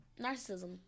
narcissism